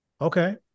Okay